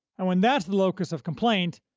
and when that's the locus of complaint,